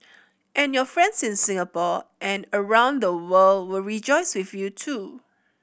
and your friends in Singapore and around the world will rejoice with you too